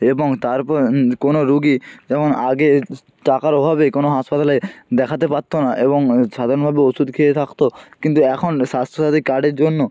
এবং তারপর কোনো রোগী যেমন আগে টাকার অভাবে কোনো হাসপাতালে দেখাতে পারত না এবং সাধারণভাবে ওষুধ খেয়ে থাকত কিন্তু এখন স্বাস্থ্য সাথী কার্ডের জন্য